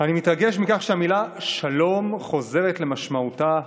אני מתרגש מכך שהמילה "שלום" חוזרת למשמעותה המקורית,